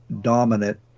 dominant